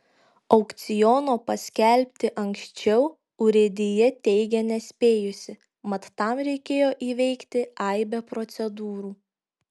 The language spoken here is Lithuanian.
aukciono paskelbti anksčiau urėdija teigia nespėjusi mat tam reikėjo įveikti aibę procedūrų